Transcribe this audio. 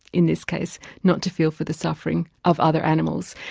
in this case, not to feel for the suffering of other animals.